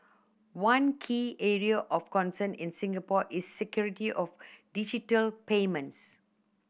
one key area of concern in Singapore is security of digital payments